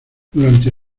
durante